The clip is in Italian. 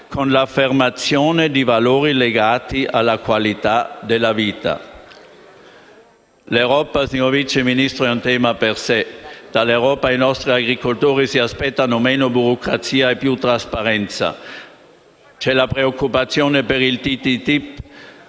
con l'affermazione di valori legati alla qualità della vita. L'Europa, signor Vice Ministro, è un tema a sé. Dall'Europa i nostri agricoltori si aspettano meno burocrazia e più trasparenza. C'è preoccupazione per il TTIP.